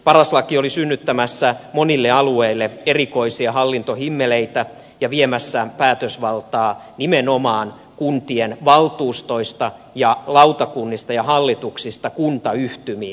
paras laki oli synnyttämässä monille alueille erikoisia hallintohimmeleitä ja viemässä päätösvaltaa nimenomaan kuntien valtuustoista ja lautakunnista ja hallituksista kuntayhtymiin